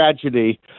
tragedy